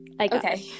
Okay